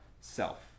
self